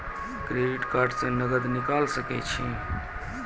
Credit card से नगद निकाल सके छी?